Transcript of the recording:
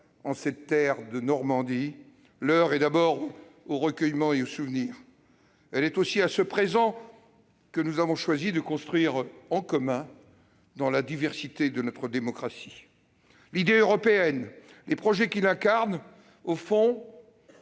en cette terre de Normandie -, l'heure est d'abord au recueillement et au souvenir. Elle est aussi à ce présent que nous avons choisi de construire en commun, dans la diversité de notre démocratie. Au fond, l'idée européenne, les projets qui l'incarnent sont